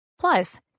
Plus